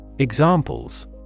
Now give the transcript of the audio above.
Examples